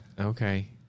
Okay